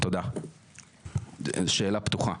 שאלה פתוחה.